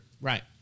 Right